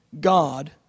God